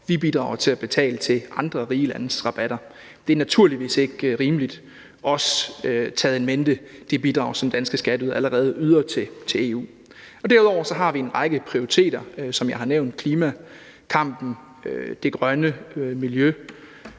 vi bidrager til at betale til andre rige landes rabatter. Det er naturligvis ikke rimeligt, også med det bidrag in mente, som danske skatteydere allerede yder til EU. Derudover har vi en række prioriteter, som jeg har nævnt, f.eks. klimakampen og det grønne miljø,